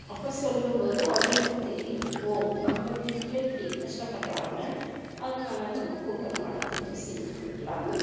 அப்போ சொல்லும் போது அவங்களுக்கு தெரியும் ஓ நம்ம வீட்டில் இப்படி கஷ்டப்பட்டுறாங்க அதுனால் நம்ம கூட மாட கொஞ்சம் செஞ்சு கொடுக்கலான்னு